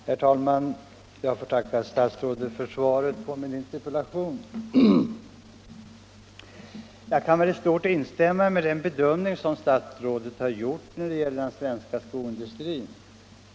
Herr talman! Jag får tacka statsrådet för svaret på min interpellation. Jag kan väl i stort instämma i den bedömning som statsrådet har gjort när det gäller den svenska skoindustrin.